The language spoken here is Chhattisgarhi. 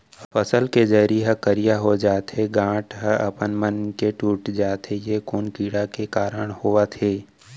फसल के जरी ह करिया हो जाथे, गांठ ह अपनमन के टूट जाथे ए कोन कीड़ा के कारण होवत हे?